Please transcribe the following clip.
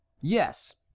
yes